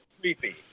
creepy